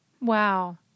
Wow